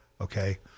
Okay